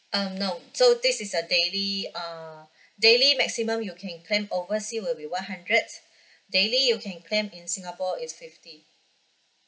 um no so this is a daily uh daily maximum you can claim oversee will be one hundreds daily you can claim in singapore is fifty